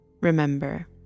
Remember